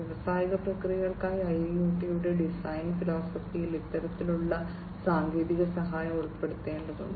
വ്യാവസായിക പ്രക്രിയകൾക്കായി IIoT യുടെ ഡിസൈൻ ഫിലോസഫിയിൽ ഇത്തരത്തിലുള്ള സാങ്കേതിക സഹായവും ഉൾപ്പെടുത്തേണ്ടതുണ്ട്